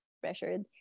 pressured